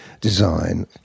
design